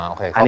Okay